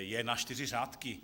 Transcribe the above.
Je na čtyři řádky.